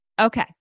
Okay